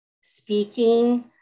speaking